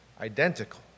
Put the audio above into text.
identical